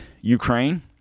Ukraine